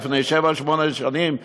לפני שבע-שמונה שנים,